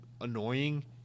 annoying